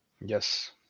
yes